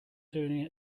doing